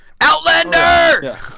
Outlander